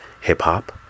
Hip-hop